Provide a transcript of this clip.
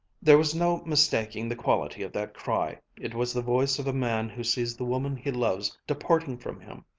there was no mistaking the quality of that cry. it was the voice of a man who sees the woman he loves departing from him,